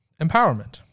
empowerment